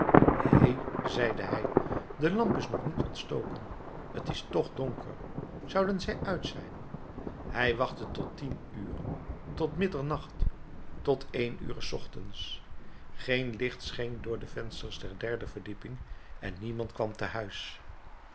hé zeide hij de lamp is nog niet opgestoken t is toch donker zouden zij uit zijn hij wachtte tot tien uren tot middernacht tot één ure s ochtends geen licht scheen door de vensters der derde verdieping en niemand kwam te huis